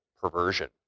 perversion